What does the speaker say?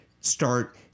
start